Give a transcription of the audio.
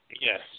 Yes